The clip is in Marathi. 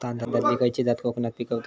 तांदलतली खयची जात कोकणात पिकवतत?